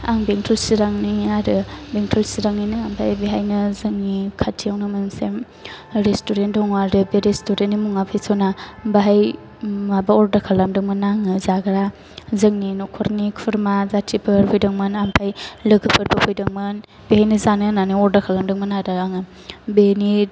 आं बेंटल चिरांनि आरो बेंटल चिरांनिनो ओमफ्राय बेवहायनो जोंनि खाथियावनो मोनसे रेस्टुरेन्ट दङ आरो बे नि मुंआ 'फै सना' बेवहाय माबा अर्दार खालामदोंमोन आङो जाग्रा जोंनि न'खरनि खुरमा जाथिफोर फैदोंमोन ओमफ्राय लोगोफोरबो फैदोंमोन बेवहायनो जानो होननानै अर्दार खालामदोंमोन आरो आङो बेनि